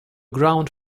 ground